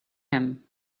him